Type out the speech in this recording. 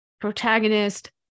protagonist